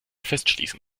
festschließen